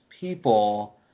people